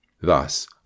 Thus